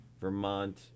Vermont